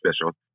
special